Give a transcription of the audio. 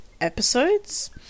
episodes